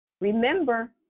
Remember